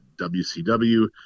WCW